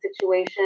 situation